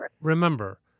remember